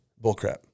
bullcrap